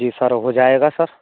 जी sir हो जाएगा sir